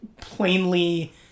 plainly